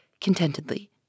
contentedly